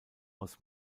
aus